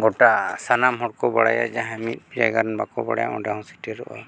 ᱜᱳᱴᱟ ᱥᱟᱱᱟᱢ ᱦᱚᱲ ᱠᱚ ᱵᱟᱲᱟᱭᱟ ᱡᱟᱦᱟᱸᱭ ᱢᱤᱫ ᱡᱟᱭᱜᱟ ᱨᱮᱱ ᱵᱟᱠᱚ ᱵᱟᱲᱟᱭᱟ ᱚᱸᱰᱮ ᱦᱚᱸ ᱥᱮᱴᱮᱨᱚᱜᱼᱟ